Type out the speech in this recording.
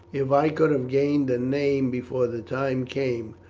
if i could have gained a name before the time came,